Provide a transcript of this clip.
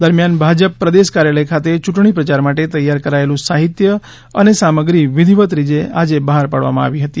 દરમ્યાન ભાજપ પ્રદેશ કાર્યાલય ખાતે યૂંટણી પ્રયાર માટે તૈયાર કરાયેલું સાહિત્ય અને સામગ્રી વિધિવત રીતે આજે બહાર પાડવામાં આવી હતી